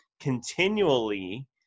continually